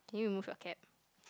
can you remove your cap